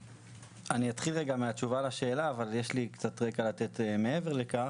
אני אתחיל מהתשובה לשאלה אבל יש לי קצת רקע לתת מעבר לכך.